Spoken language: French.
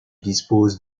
dispose